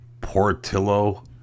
Portillo